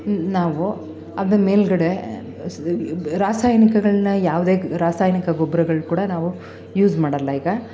ನಾವು ಅದರ ಮೇಲುಗಡೆ ರಾಸಾಯನಿಕಗಳನ್ನ ಯಾವುದೇ ರಾಸಾಯನಿಕ ಗೊಬ್ರಗಳು ಕೂಡ ನಾವು ಯೂಸ್ ಮಾಡಲ್ಲ ಈಗ